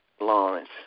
Lawrence